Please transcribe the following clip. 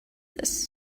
this